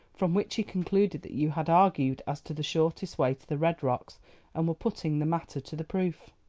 from which he concluded that you had argued as to the shortest way to the red rocks and were putting the matter to the proof.